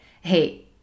hey